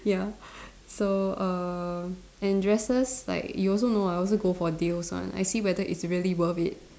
ya so err and dresses like you also know I also go for deals one I see whether it's really worth it